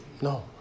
No